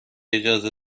اجازه